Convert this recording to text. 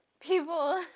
People